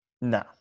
No